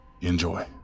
Enjoy